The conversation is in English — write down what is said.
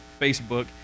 Facebook